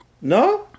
No